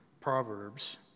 Proverbs